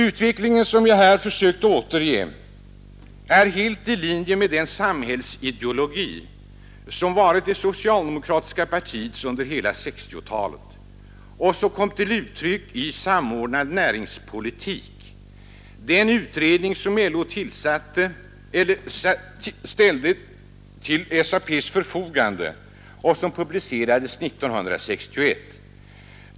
Utvecklingen, som jag här försökt återge, är helt i linje med den samhällsideologi som varit det socialdemokratiska partiets under hela 1960-talet och som kom till uttryck i Samordnad näringspolitik, den utredning som LO ställde till SAP:s förfogande och som publicerades 1961.